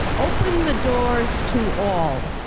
open the doors to all,